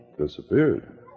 Disappeared